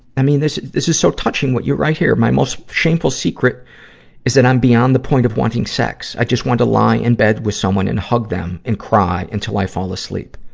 i mean, this, this is so touching what you write here my most shameful secret is that i'm beyond the point of wanting sex. i just want to lie in bed with someone and hug them and cry until i fall asleep.